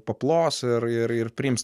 paplos ir ir priims